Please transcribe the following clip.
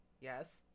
Yes